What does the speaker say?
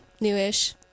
new-ish